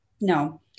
No